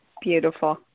Beautiful